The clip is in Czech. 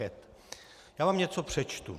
Já vám něco přečtu.